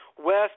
West